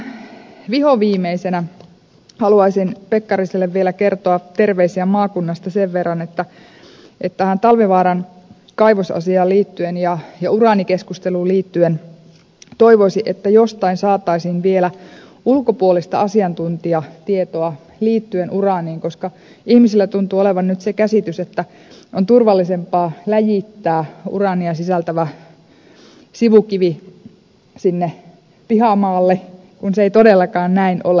ihan vihoviimeisenä haluaisin pekkariselle vielä kertoa terveisiä maakunnasta sen verran että tähän talvivaaran kaivosasiaan liittyen ja uraanikeskusteluun liittyen toivoisi että jostain saataisiin vielä ulkopuolista asiantuntijatietoa liittyen uraaniin koska ihmisillä tuntuu olevan nyt se käsitys että on turvallisempaa läjittää uraania sisältävä sivukivi sinne pihamaalle kun se ei todellakaan näin ole